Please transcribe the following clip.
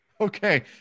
Okay